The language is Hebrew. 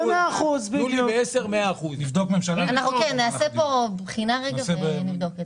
אנחנו כן נעשה פה בחינה רגע ונבדוק את זה.